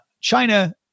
China